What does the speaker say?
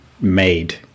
made